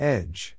Edge